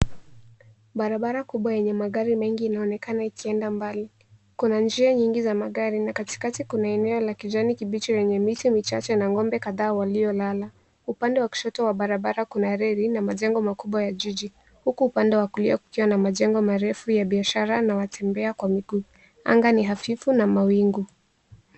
Barabara kubwa yenye magari mengi inaonekana ikienda mbali. Kuna njia nyingi za magari na katikati kuna eneo la kijani kibichi lenye miti michache na ngombe kadhaa waliolala. Upande wa kushoto wa barabara kuna reli na majengo makubwa ya jiji huku upande wa kulia kukiwa na majengo marefu ya biashara na watembea kwa miguu. Anga ni hafifu na mawingu.